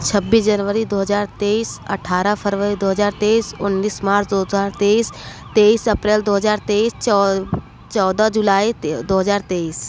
छब्बीस जनवरी दो हज़ार तेईस अठारह फरवरी दो हज़ार तेईस उन्नीस मार्च दो हज़ार तेईस तेईस अप्रैल दो हज़ार तेईस चौ चौदह जुलाई दो हज़ार तेईस